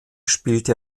spielte